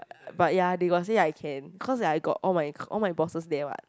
but ya they got say I can cause like I got all my all my bosses there what